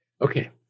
Okay